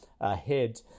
ahead